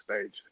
stage